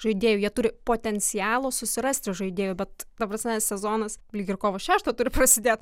žaidėjų jie turi potencialo susirasti žaidėjų bet ta prasme sezonas lyg ir kovo šeštą turi prasidėt